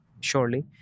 surely